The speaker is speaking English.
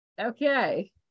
Okay